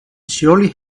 surely